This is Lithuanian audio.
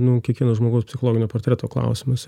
nu kiekvieno žmogaus psichologinio portreto klausimas